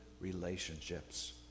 relationships